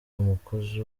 umukozi